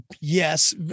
yes